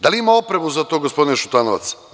Da li ima opremu za to, gospodine Šutanovac?